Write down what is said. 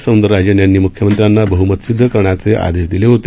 सौंदरराजन यांनी म्ख्यमंत्र्यांना बहमत सिद्ध करण्याचे आदेश दिले होते